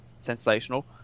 sensational